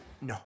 No